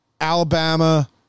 Alabama